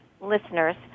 listeners